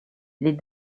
les